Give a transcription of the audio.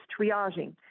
triaging